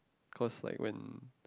cause like when